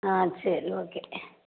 ஆ சரி ஓகே